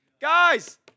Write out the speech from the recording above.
Guys